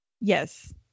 yes